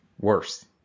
worse